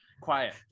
quiet